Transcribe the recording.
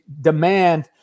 demand